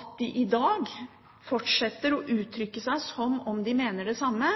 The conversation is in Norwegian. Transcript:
At de i dag fortsetter å uttrykke seg som om de mener det samme,